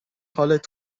حالت